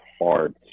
hard